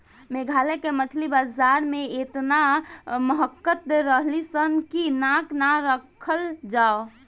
मेघालय के मछली बाजार में एतना महकत रलीसन की नाक ना राखल जाओ